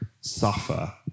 suffer